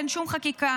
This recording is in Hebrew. אין שום חקיקה.